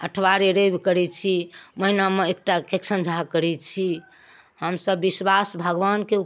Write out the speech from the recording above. अठबारे रवि करैत छी महिनामे एकटाके एक सँझा करैत छी हमसब विश्वास भगबानके ऊपरमे